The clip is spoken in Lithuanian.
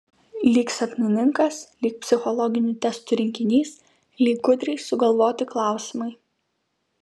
lyg sapnininkas lyg psichologinių testų rinkinys lyg gudriai sugalvoti klausimai